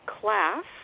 class